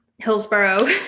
Hillsboro